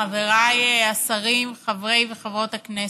חבריי השרים, חברי וחברות הכנסת,